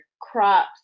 crops